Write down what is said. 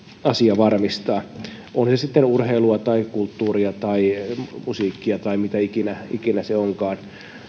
asia varmistaa on se sitten urheilua tai kulttuuria tai musiikkia tai mitä ikinä ikinä se onkaan